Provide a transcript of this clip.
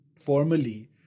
formally